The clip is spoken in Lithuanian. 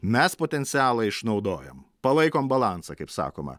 mes potencialą išnaudojam palaikom balansą kaip sakoma